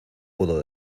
puedo